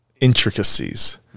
intricacies